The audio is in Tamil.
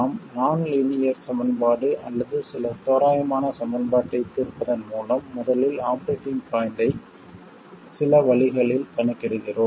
நாம் நான் லீனியர் சமன்பாடு அல்லது சில தோராயமான சமன்பாட்டை தீர்ப்பதன் மூலம் முதலில் ஆபரேட்டிங் பாய்ண்ட்டை சில வழிகளில் கணக்கிடுகிறோம்